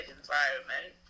environment